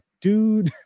Dude